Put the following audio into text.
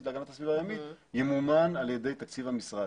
להגנת הסביבה הימית ימומן על ידי תקציב המשרד.